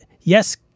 yes